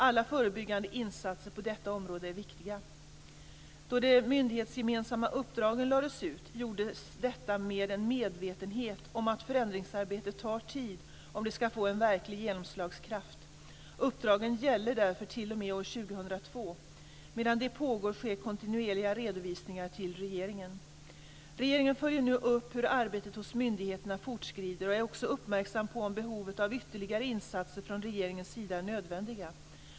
Alla förebyggande insatser på detta område är viktiga. Då de myndighetsgemensamma uppdragen lades ut gjordes detta med en medvetenhet om att förändringsarbete tar tid om det ska få en verklig genomslagskraft. Uppdragen gäller därför t.o.m. år 2002. Medan de pågår sker kontinuerliga redovisningar till regeringen. Regeringen följer nu upp hur arbetet hos myndigheterna fortskrider och är också uppmärksam på om behov av ytterligare insatser från regeringens sida är nödvändiga.